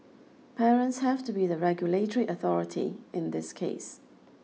parents have to be the regulatory authority in this case